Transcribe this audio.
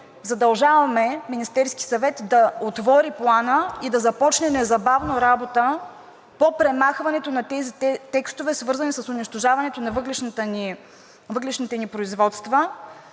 задължаваме Министерския съвет да отвори Плана и да започне незабавно работа по премахването на тези текстове, свързани с унищожаването на въглищните ни производства.